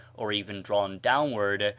or even drawn downward,